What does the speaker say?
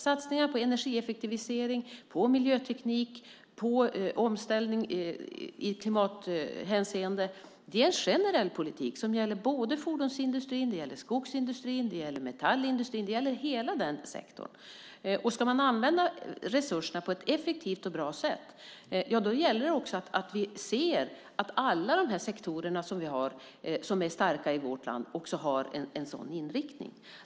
Satsningar på energieffektivisering, på miljöteknik och på omställning i klimathänseende är en generell politik som gäller fordonsindustrin, skogsindustrin, metallindustrin och hela den sektorn. Ska man använda resurserna på ett effektivt och bra sätt då gäller det också att vi ser att alla dessa sektorer som vi har och som är starka i vårt land också har en sådan inriktning.